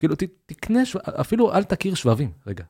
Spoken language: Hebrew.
כאילו תקנה, אפילו אל תכיר שבבים, רגע.